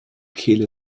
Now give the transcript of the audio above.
kehle